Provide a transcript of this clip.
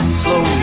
slow